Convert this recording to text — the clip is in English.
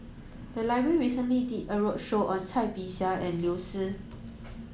the library recently did a roadshow on Cai Bixia and Liu Si